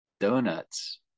Donuts